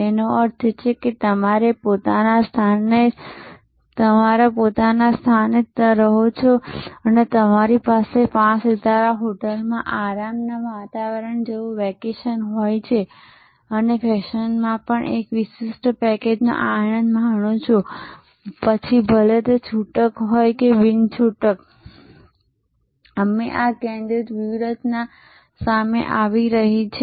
તેનો અર્થ એ કે તમે તમારા પોતાના સ્થાને જ રહો છો અને તમારી પાસે પાંચ સિતારા હોટલમાં આરામના વાતાવરણ જેવું વેકેશન હોય છે અને ફેશનમાં પણ એક વિશિષ્ટ પેકેજનો આનંદ માણો છો પછી ભલે તે છૂટક હોય કે બિનછૂટકમાં અમે આ કેન્દ્રિત વ્યૂહરચના સામે આવી રહી છે